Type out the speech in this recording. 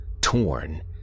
torn